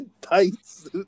tights